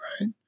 right